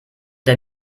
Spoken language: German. der